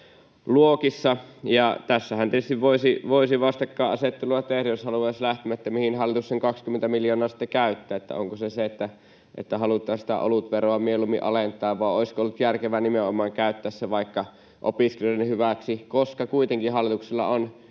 Tässähän tietysti voisi vastakkainasettelua tehdä, jos haluaisi siihen lähteä, mihin hallitus sen 20 miljoonaa sitten käyttää. Onko se se, että halutaan sitä olutveroa mieluummin alentaa, vai olisiko ollut järkevää nimenomaan käyttää se vaikka opiskelijoiden hyväksi, koska kuitenkin hallituksella on